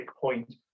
point